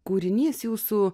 kūrinys jūsų